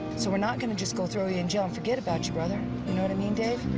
so we're not going to just go throw you in jail and forget about you brother. you know what i mean dave?